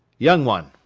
young one,